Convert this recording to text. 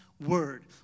word